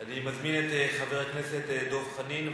אני מזמין את חבר הכנסת דב חנין,